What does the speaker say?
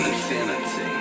Infinity